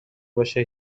باشه